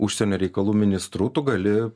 užsienio reikalų ministru tu gali